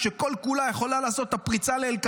כולם התחילו, אמרו,